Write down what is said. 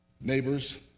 neighbors